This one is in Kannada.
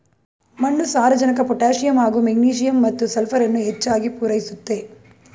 ಮಣ್ಣು ಸಾರಜನಕ ಪೊಟ್ಯಾಸಿಯಮ್ ಹಾಗೂ ಮೆಗ್ನೀಸಿಯಮ್ ಮತ್ತು ಸಲ್ಫರನ್ನು ಹೆಚ್ಚಾಗ್ ಪೂರೈಸುತ್ತೆ